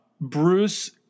Bruce